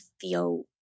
feel